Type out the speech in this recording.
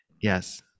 Yes